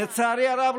לצערי הרב,